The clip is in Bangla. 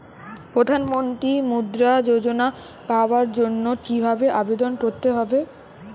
প্রধান মন্ত্রী মুদ্রা যোজনা পাওয়ার জন্য কিভাবে আবেদন করতে হবে?